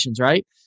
right